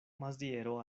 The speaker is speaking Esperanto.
maziero